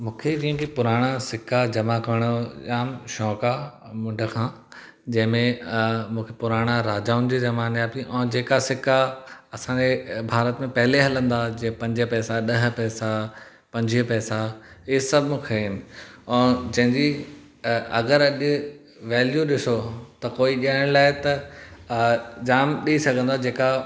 मूंखे जंहिंखे पुराणा सिक्का जमा करण जो जाम शौक़ु आहे मुंॾ खां जंहिंमें मूंखे पुराणा राजाउनि जे ज़माने जा बि ऐं जेका सिक्का असांजे भारत में पहले हलंदा हा जे पंज पैसा ॾह पैसा पंजवीह पैसा त हे सभु मूंखे आहिनि जंहिंजी अगरि अॼु वैल्यू ॾिसो त कोई ॾियण लाइ त जाम ॾेई सघंदो आहे जेका